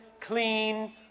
clean